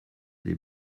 des